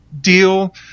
deal